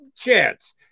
chance